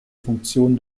funktion